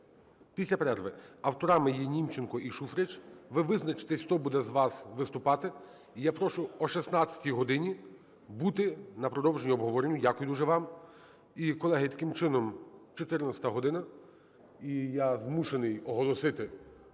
після перерви. Авторами є Німченко і Шуфрич. Ви визначтесь, хто буде з вас виступати. І я прошу о 16 годині бути на продовженні обговорення. Дякую дуже вам. І, колеги, таким чином, 14 година. І я змушений оголосити,